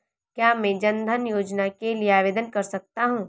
क्या मैं जन धन योजना के लिए आवेदन कर सकता हूँ?